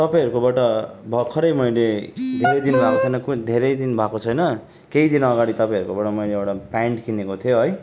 तपाईँहरूकोबाट भर्खरै मैले धेरै दिन भएको थिएन धेरै दिन भएको छैन केही दिन अगाडि तपाईँहरूकोबाट मैले एउटा प्यान्ट किनेको थिएँ है